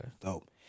Dope